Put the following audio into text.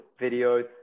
videos